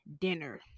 Dinner